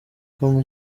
com